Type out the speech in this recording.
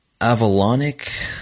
Avalonic